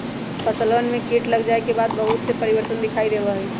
फसलवन में कीट लग जाये के बाद बहुत से परिवर्तन दिखाई देवा हई